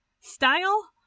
style